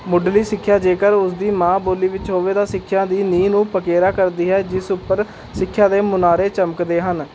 ਮੁੱਢਲੀ ਸਿੱਖਿਆ ਜੇਕਰ ਉਸਦੀ ਮਾਂ ਬੋਲੀ ਵਿੱਚ ਹੋਵੇ ਤਾਂ ਸਿੱਖਿਆ ਦੀ ਨੀਂਹ ਨੂੰ ਪਕੇਰਾ ਕਰਦੀ ਹੈ ਜਿਸ ਉੱਪਰ ਸਿੱਖਿਆ ਦੇ ਮੁਨਾਰੇ ਚਮਕਦੇ ਹਨ